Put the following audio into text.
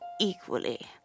Equally